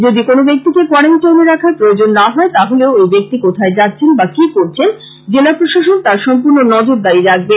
যদি কোনো ব্যক্তিকে কোয়ারেনটাইনে রাখার প্রয়োজন না হয় তাহলেও ঐ ব্যক্তি কোথায় যাচ্ছেন বা কী করছেন জেলা প্রশাসন তার সম্পূর্ন নজরদারি রাখবে